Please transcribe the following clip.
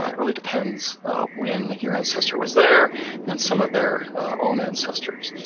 really depends when your ancestor was there and some of their own ancestors.